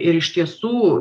ir iš tiesų